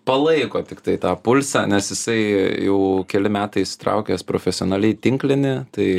palaiko tiktai tą pulsą nes jisai jau keli metai įsitraukęs profesionaliai tinklinį tai